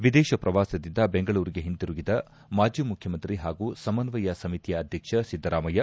ವಿದೇಶ ಪ್ರವಾಸದಿಂದ ಬೆಂಗಳೂರಿಗೆ ಒಂತಿರುಗಿದ ಮಾಜಿ ಮುಖ್ಯಮಂತ್ರಿ ಹಾಗೂ ಸಮನ್ವಯ ಸಮಿತಿಯ ಅಧ್ಯಕ್ಷ ಸಿದ್ದರಾಮಯ್ಯ